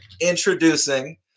introducing